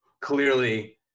clearly